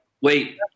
Wait